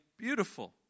beautiful